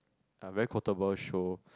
uh very quotable show